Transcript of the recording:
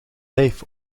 vijf